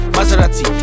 Maserati